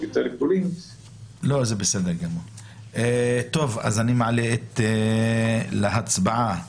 אני מעלה את ההצעה להצבעה,